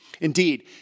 Indeed